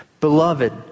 Beloved